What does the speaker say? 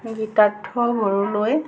Gitartha বড়োলৈ